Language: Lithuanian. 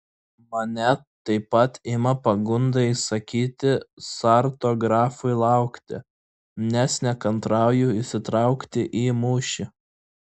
mane taip pat ima pagunda įsakyti sarto grafui laukti nes nekantrauju įsitraukti į mūšį